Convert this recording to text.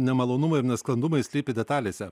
nemalonumai ir nesklandumai slypi detalėse